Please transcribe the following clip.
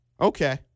Okay